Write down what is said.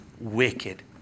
wicked